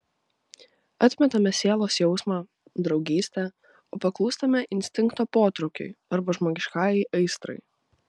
atmetame sielos jausmą draugystę o paklūstame instinkto potraukiui arba žmogiškajai aistrai